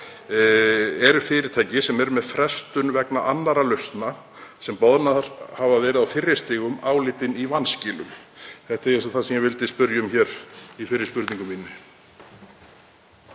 Eru fyrirtæki sem er með frestun vegna annarra lausna sem boðnar hafa verið á fyrri stigum álitin í vanskilum? Þetta er það sem ég vildi spyrja um í fyrri spurningum mínum.